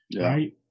right